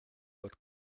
what